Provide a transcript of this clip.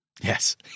Yes